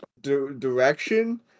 direction